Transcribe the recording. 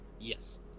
Yes